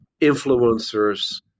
influencers